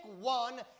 one